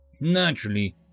Naturally